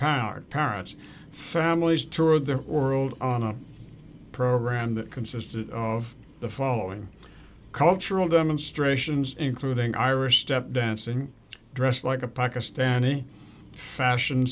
powered parents families toured the world on a program that consisted of the following cultural demonstrations including irish step dancing dress like a pakistani fashion